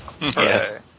Yes